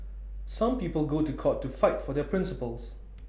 some people go to court to fight for their principles